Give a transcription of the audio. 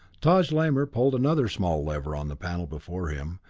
taj lamor pulled another small lever on the panel before him,